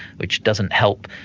which doesn't help.